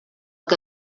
que